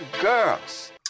girls